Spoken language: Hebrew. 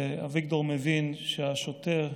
ואביגדור מבין שהשוטר,